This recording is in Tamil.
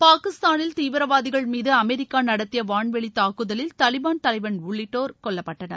பாகிஸ்தானில் தீவிரவாதிகள் மீது அமெரிக்கா நடத்திய வான்வெளித் தாக்குதலில் தாலிபான் தலைவன் உள்ளிட்டோர் கொல்லப்பட்டனர்